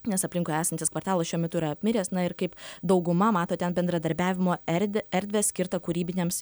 nes aplinkui esantis kvartalas šiuo metu yra apmiręs na ir kaip dauguma mato ten bendradarbiavimo erde erdvę skirtą kūrybinėms